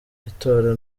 itora